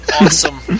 Awesome